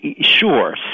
Sure